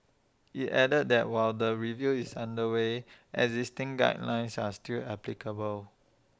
IT added that while the review is under way existing guidelines are still applicable